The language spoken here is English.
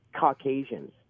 Caucasians